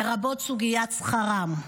לרבות סוגיית שכרם.